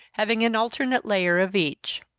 having an alternate layer of each.